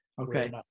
Okay